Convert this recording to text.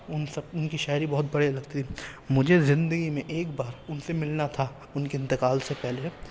ان سب ان کی شاعری بہت بڑھیا لگتی تھی مجھے زندگی میں ایک بار ان سے ملنا تھا ان کے انتقال سے پہلے